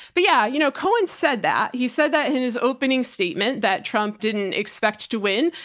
but yeah, you know, cohen said that, he said that in his opening statement that trump didn't expect to win,